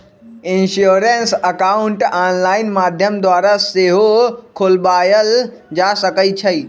insurance account online माध्यम द्वारा सेहो खोलबायल जा सकइ छइ